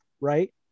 right